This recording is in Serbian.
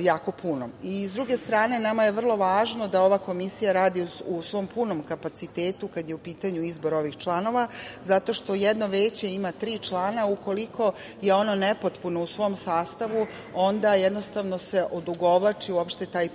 jako puno.S druge strane, nama je jako važno da ova Komisija radi u svom punom kapacitetu, kada je u pitanju izbor ovih članova, zato što jedno Veće ima tri člana. Ukoliko je ono nepotpuno u svom sastavu onda jednostavno se odugovlači uopšte taj period